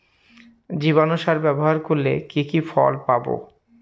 জীবাণু সার ব্যাবহার করলে কি কি ফল পাবো?